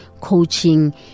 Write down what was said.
coaching